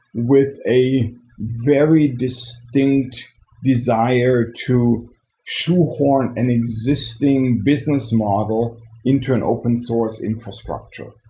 with a very distinct desire to shoehorn an existing business model into an open source infrastructure.